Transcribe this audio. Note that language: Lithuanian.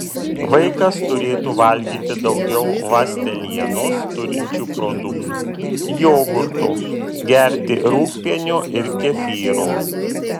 vaikas turėtų valgyti daugiau ląstelienos turinčių produktų jogurto gerti rūgpienio ir kefyro